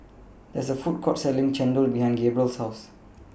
There IS A Food Court Selling Chendol behind Gabriel's House